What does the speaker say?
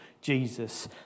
Jesus